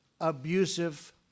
abusive